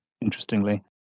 Interestingly